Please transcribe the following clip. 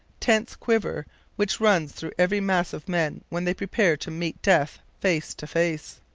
tense quiver which runs through every mass of men when they prepare to meet death face to face.